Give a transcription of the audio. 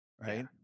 Right